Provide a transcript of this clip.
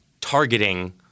targeting